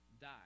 die